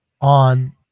on